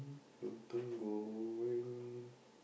hm lontong-goreng